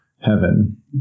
heaven